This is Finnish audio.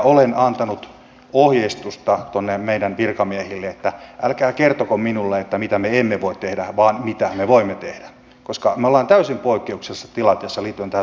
olen antanut ohjeistusta tuonne meidän virkamiehille että älkää kertoko minulle mitä me emme voi tehdä vaan kertokaa mitä me voimme tehdä koska me olemme täysin poikkeuksellisessa tilanteessa liittyen tähän turvapaikkakeskusteluun